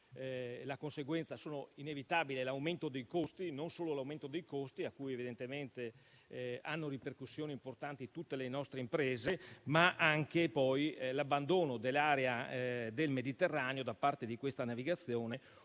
le conseguenze sono inevitabili: non solo l'aumento dei costi, che evidentemente hanno ripercussioni importanti su tutte le nostre imprese, ma anche poi l'abbandono dell'area del Mediterraneo da parte di questa navigazione.